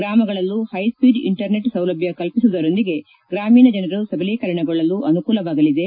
ಗ್ರಾಮಗಳಲ್ಲೂ high speed internet ಸೌಲಭ್ಯ ಕಲ್ಪಿಸುವುದರೊಂದಿಗೆ ಗ್ರಾಮೀಣ ಜನರು ಸಬಲೀಕರಣಗೊಳ್ಳಲು ಅನುಕೂಲವಾಗಲಿದೆ